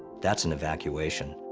that's an evacuation.